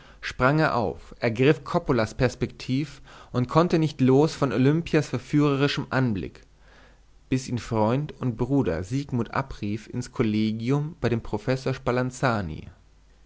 sprang er auf ergriff coppolas perspektiv und konnte nicht los von olimpias verführerischem anblick bis ihn freund und bruder siegmund abrief ins kollegium bei dem professor